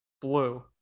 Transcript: blue